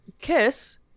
kiss